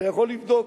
אתה יכול לבדוק.